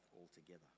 altogether